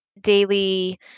daily